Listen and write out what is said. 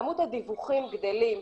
כמות הדיווחים גדלה,